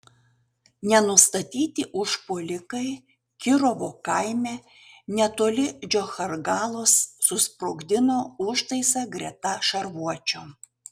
nenustatyti užpuolikai kirovo kaime netoli džochargalos susprogdino užtaisą greta šarvuočio